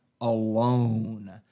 alone